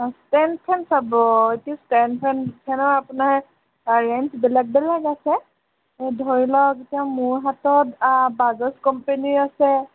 অঁ stand fan চাব এতিয়া ষ্টেণ্ড ফেন ফেনৰ আপোনাৰ ৰেঞ্জ বেলেগ বেলেগ আছে ধৰি লওক এতিয়া মোৰ হাতত বাজাজ কোম্পেনীৰ আছে